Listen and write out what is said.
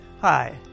Hi